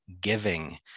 giving